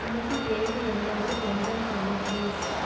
இன்னிக்கு தேதி என்னன்னு கொஞ்சம் சொல் பிளீஸ்